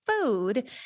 food